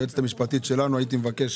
היועצת המשפטית שלנו, שלומית, הייתי מבקש